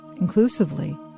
inclusively